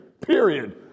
period